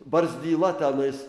barzdyla tenais